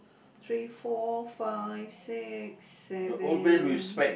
three four five six seven